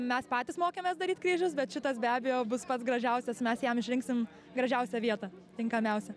mes patys mokėmės daryt kryžius bet šitas be abejo bus pats gražiausias mes jam išrinksim gražiausią vietą tinkamiausią